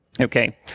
Okay